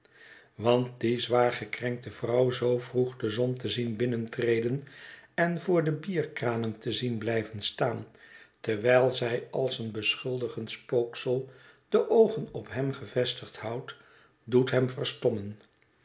want die zwaar gekrenkte vrouw zoo vroeg de zon te zien binnentreden en voor de bierkranen te zien blijven staan terwijl zij als een beschuldigend spooksel de oogen op hem gevestigd houdt doet hem